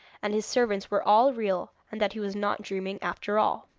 and his servants were all real, and that he was not dreaming after all!